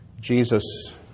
Jesus